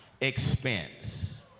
expense